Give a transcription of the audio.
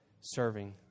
serving